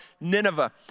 Nineveh